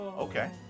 Okay